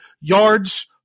yards